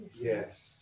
Yes